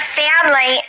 family